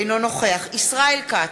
אינו נוכח ישראל כץ,